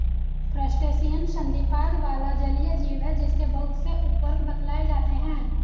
crustacean संधिपाद वाला जलीय जीव है जिसके बहुत से उपवर्ग बतलाए जाते हैं